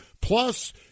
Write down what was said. Plus